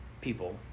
people